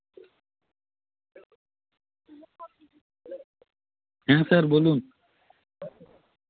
হ্যাঁ স্যার বলুন